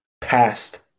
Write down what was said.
past